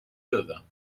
دادم